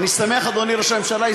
אני שמח, אדוני ראש הממשלה.